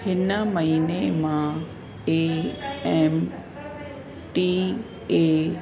हिन महीने मां ए एम टी ए